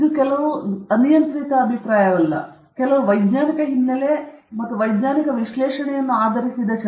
ಇದು ಕೆಲವು ಅನಿಯಂತ್ರಿತ ಅಭಿಪ್ರಾಯವಲ್ಲ ಇದು ಕೆಲವು ವೈಜ್ಞಾನಿಕ ಹಿನ್ನೆಲೆ ಮತ್ತು ಕೆಲವು ವೈಜ್ಞಾನಿಕ ವಿಶ್ಲೇಷಣೆಯನ್ನು ಆಧರಿಸಿದೆ